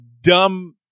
dumb